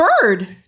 bird